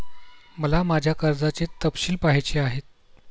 मला माझ्या कर्जाचे तपशील पहायचे आहेत